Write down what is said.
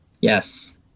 Yes